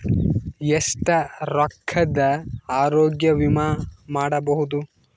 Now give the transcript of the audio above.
ಎಷ್ಟ ರೊಕ್ಕದ ಆರೋಗ್ಯ ವಿಮಾ ಮಾಡಬಹುದು?